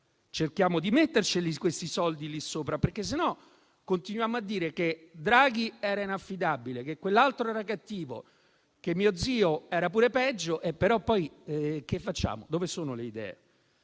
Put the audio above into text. cerchiamo di metterceli, questi soldi, altrimenti continuiamo a dire che Draghi era inaffidabile, che quell'altro era cattivo e che mio zio era pure peggio, però poi che facciamo, dove sono le idee?